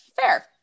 fair